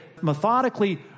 methodically